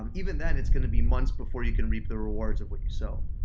and even then it's going to be months before you can reap the rewards of what you sow.